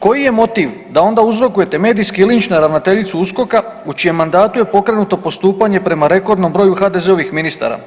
Koji je motiv da onda uzrokujete medijski linč na ravnateljicu USKOK-a u čijem mandatu je pokrenuto postupanje prema rekordnom broju HDZ-ovih ministara?